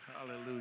Hallelujah